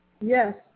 Yes